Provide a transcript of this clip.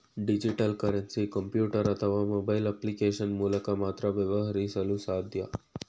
digital currency computer ಅಥವಾ mobile application ಮೂಲಕ ಮಾತ್ರ ವ್ಯವಹರಿಸಲು ಸಾಧ್ಯ